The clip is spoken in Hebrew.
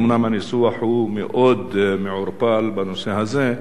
אומנם הניסוח מאוד מעורפל בנושא הזה,